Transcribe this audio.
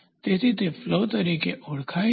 તેથી તે ફ્લો તરીકે ઓળખાય છે